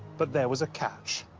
but there was a catch.